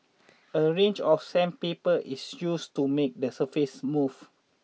a range of sandpaper is used to make the surface smooth